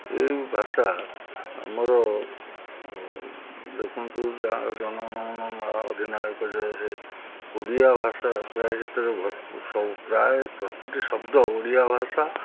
ଏଇ ଭାଷା ଆମର ଦେଖନ୍ତୁ ଜନ ଗଣ ମନ ଅଧନାୟକ ଜୟ ହେ ଓଡ଼ିଆ ଭାଷା ପ୍ରାୟ ସେଥେରେ ପ୍ରାୟ ପ୍ରତିଟି ଶବ୍ଦ ଓଡ଼ିଆ ଭାଷା